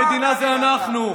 המדינה זה אנחנו.